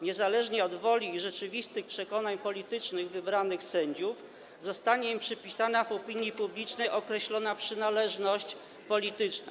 Niezależnie od woli i rzeczywistych przekonań politycznych wybranych sędziów zostanie im przypisana w opinii publicznej określona przynależność polityczna.